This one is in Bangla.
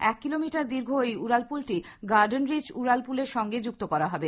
এক কিলোমিটার দীর্ঘ ঐ উড়ালপুলটি গার্ডেনরিচ উড়ালপুলের সঙ্গে যুক্ত করা হবে